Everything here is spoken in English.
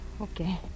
Okay